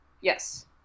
yes